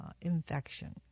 infection